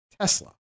Tesla